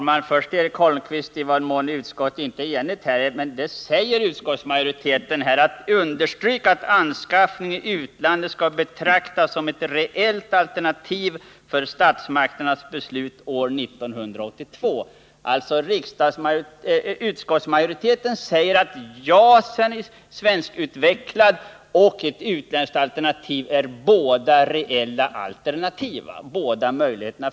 Herr talman! Först till Eric Holmqvist. Utskottsmajoriteten understryker att en anskaffning i utlandet skall betraktas som ett reellt alternativ för statsmakternas beslut år 1982. Utskottsmajoriteten säger alltså att JAS. som är svenskutvecklat, och ett utländskt alternativ båda är reella möjligheter.